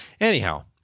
Anyhow